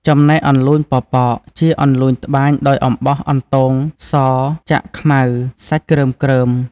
ចំណែកអន្លូញប៉ប៉ក ជាអន្លូញត្បាញដោយអំបោះអន្ទងសចាក់ខ្មៅសាច់គ្រើមៗ។